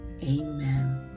amen